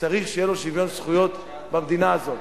צריך שיהיה לו שוויון זכויות במדינה הזאת.